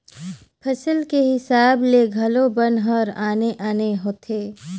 फसल के हिसाब ले घलो बन हर आने आने होथे